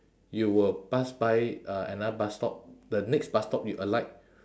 you will pass by uh another bus stop the next bus stop you alight